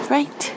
Right